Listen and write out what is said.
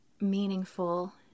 meaningful